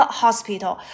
hospital